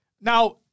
Now